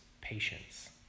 patience